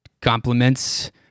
compliments